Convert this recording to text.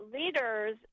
leaders